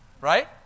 Right